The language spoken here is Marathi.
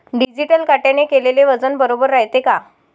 डिजिटल काट्याने केलेल वजन बरोबर रायते का?